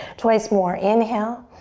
twice more, inhale.